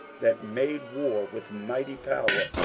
that made war with mighty power,